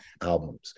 albums